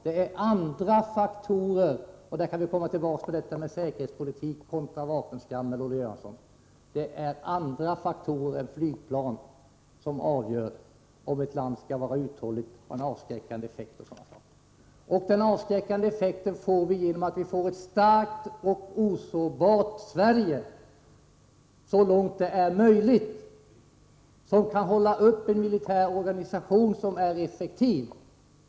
Det är andra faktorer — och där kan vi komma tillbaka till detta med säkerhetspolitik kontra vapenskrammel, Olle Göransson — än flygplan som avgör om ett land kan vara uthålligt, ha en avskräckande effekt och sådana saker. Den avskräckande effekten når vi genom att så långt det är möjligt ha ett starkt och osårbart Sverige, som kan hålla uppe en effektiv militär organisation.